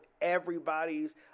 everybody's